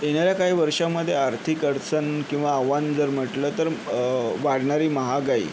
येणाऱ्या काही वर्षांमधे आर्थिक अडचण किंवा आव्हान जर म्हटलं तर वाढणारी महागाई